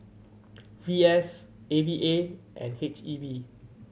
V S A V A and H E B